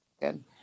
Good